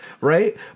right